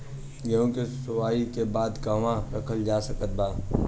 गेहूँ के ओसाई के बाद कहवा रखल जा सकत बा?